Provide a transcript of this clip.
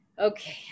Okay